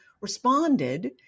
responded